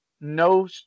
no